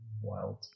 wild